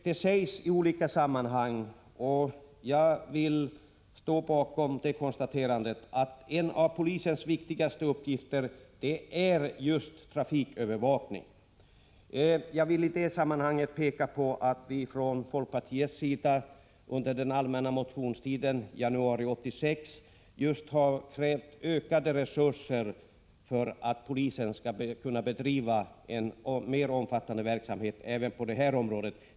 Det sägs i olika sammanhang, och jag vill ställa mig bakom det konstaterandet, att en av polisens viktigaste uppgifter är just trafikövervakning. Jag vill då peka på att vi från folkpartiets sida i januari 1986, under den allmänna motionstiden, har krävt ökade resurser för att polisen skall kunna bedriva en mer omfattande verksamhet även på det här området.